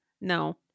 No